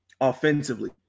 offensively